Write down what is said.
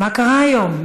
מה קרה היום?